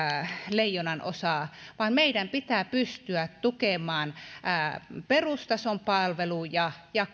leijonanosaa vaan meidän pitää pystyä tukemaan perustason palveluja ja ja